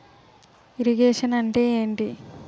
Irrigation అంటే ఏంటీ?